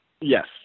Yes